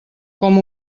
com